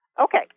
Okay